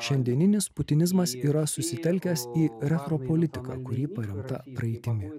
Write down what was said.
šiandieninis putinizmas yra susitelkęs į retropolitiką kuri paremta praeitimi